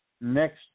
next